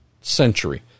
century